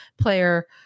player